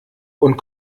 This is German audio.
und